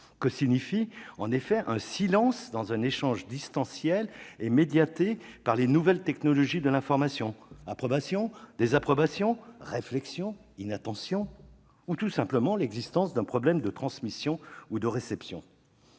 Que signifie, en effet, un silence dans un échange distanciel et médiatisé par les nouvelles technologies de l'information ? Approbation, désapprobation, réflexion, inattention ou, tout simplement, problème de transmission ou de réception ?